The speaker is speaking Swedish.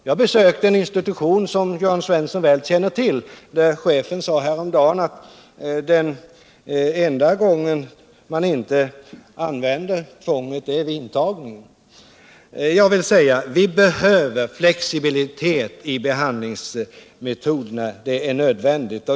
Jag besökte en institution, som Jörn Svensson väl känner till, där chefen häromdagen sade att den enda gången man inte använder tvång är vid intagningen. Jag vill säga: Vi behöver flexibilitet i behandlingsmetoderna. Det är nödvändigt.